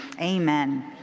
amen